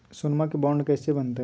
सोनमा के बॉन्ड कैसे बनते?